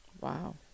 wow